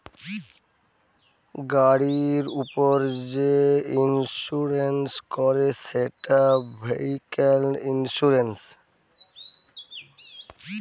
গাড়ির উপর যে ইন্সুরেন্স করে সেটা ভেহিক্যাল ইন্সুরেন্স